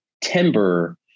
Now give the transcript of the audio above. timber